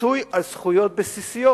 פיצוי על זכויות בסיסיות.